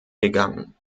gegangen